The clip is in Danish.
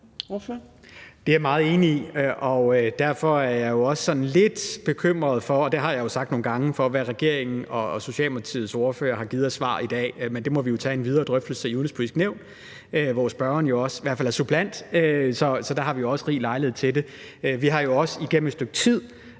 jeg meget enig i, og derfor er jeg sådan lidt bekymret – det har jeg jo sagt mange gange – i forhold til hvad regeringen og Socialdemokratiets ordfører har givet af svar i dag, men det må vi jo tage en videre drøftelse af i Det Udenrigspolitiske Nævn, hvor spørgeren jo i hvert fald er suppleant, så der har vi også rig lejlighed til det. Vi har jo også igennem et stykke tid